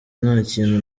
ntakintu